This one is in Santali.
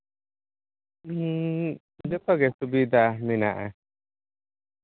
ᱦᱮᱸ ᱡᱚᱛᱚᱜᱮ ᱥᱩᱵᱤᱫᱷᱟ ᱢᱮᱱᱟᱜᱼᱟ